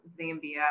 Zambia